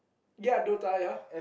ya Dota ya